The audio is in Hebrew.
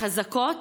והחזקות.